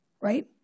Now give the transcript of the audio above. Right